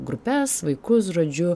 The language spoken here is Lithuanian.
grupes vaikus žodžiu